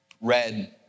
Red